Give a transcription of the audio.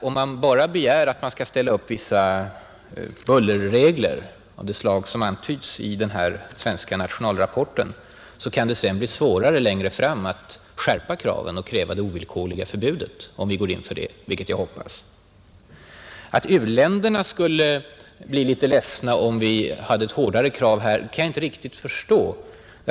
Om man bara begär vissa bullerregler av det slag som antytts i den svenska nationalrapporten, så kan det bli svårare längre fram att skärpa kraven och kräva det ovillkorliga förbud som jag hoppas att vi går in för. Att u-länderna skulle bli ledsna, om vi hade ett hårdare krav här, kan jag inte riktigt förstå.